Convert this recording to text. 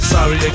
Sorry